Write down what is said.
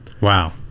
Wow